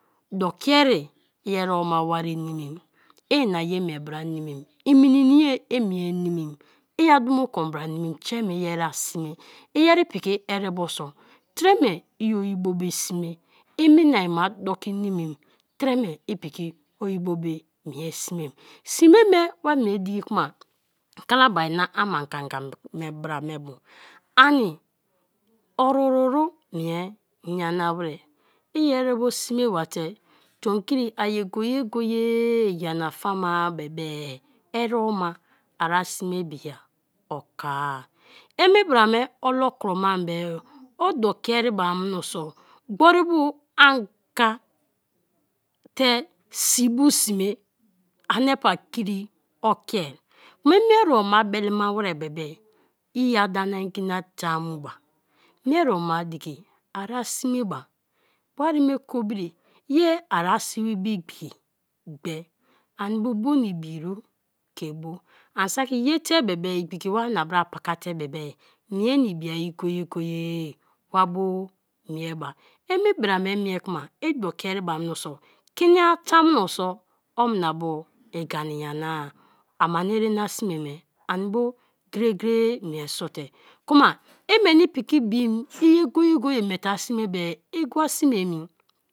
Doki ere i ereba wari nimim, i ina ye mie bra nimim, en minimi ye i mie nimim, i a dumo kon bara nimim tre me i a sime; iyeri piki erebo so, treme i oyibo me sme, i mina ma doki nimim tre me piki oyibo be mie smeni. Sme me wa mie diki kma; kalabari na ama ganga bra me bo ani orururu mie nyana ware, i erebo sme ba te tomkri a ye go-ye-ye-go-ye nyana fa be be ereba ari sme biya oko-a, i me bra me olo kroma be-e o doki ereba menso gbori bu anga te sii bu sme ani pa kri okia i mie reoma belema ware be be i ada na ngi na dan mu ba; mie reoma diki ari sme ba; wari me kobiri ye ari si be igbiki gbee ani bu bu na ibi ru ke bo an saki ye te be be igbiki wana pakate be be ye na ibi-a go-go-ye-e wa bo mieba; i me bra me mie kma i doki ereba miniso kini-nyana tamuno so omna bu ngani nyana-a ama na ere na sme me ani bo gre-gre-ye mie so te, kuma i meni piki bim iye go-go-ye miete a sime bee igwa sime emi.